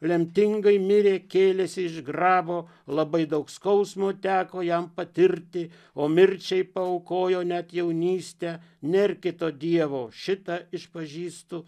lemtingai mirė kėlėsi iš grabo labai daug skausmo teko jam patirti o mirčiai paaukojo net jaunystę nėr kito dievo šitą išpažįstu